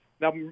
Now